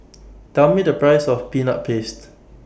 Tell Me The Price of Peanut Paste